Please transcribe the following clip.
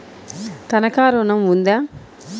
తనఖా ఋణం ఉందా?